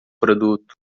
produto